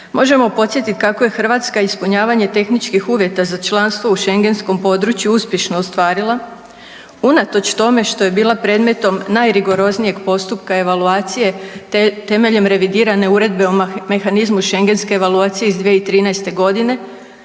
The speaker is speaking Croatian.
Možemo podsjetiti kako je Hrvatska ispunjavanje tehničkih uvjeta za članstvo u Schengenskom području uspješno ostvarila unatoč tome što je bila predmetom najrigoroznijeg postupka evaluacije temeljem revidirane uredbe o mehanizmu Schengenske evaluacije iz 2013. godine